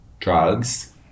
drugs